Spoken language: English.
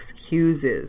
excuses